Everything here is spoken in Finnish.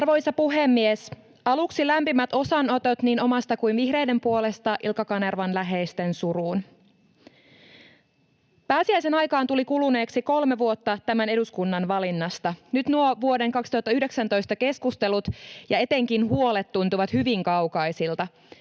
Arvoisa puhemies! Aluksi lämpimät osanotot niin omasta kuin vihreiden puolesta Ilkka Kanervan läheisten suruun. Pääsiäisen aikaan tuli kuluneeksi kolme vuotta tämän eduskunnan valinnasta. Nyt nuo vuoden 2019 keskustelut ja etenkin huolet tuntuvat hyvin kaukaisilta.